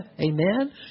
Amen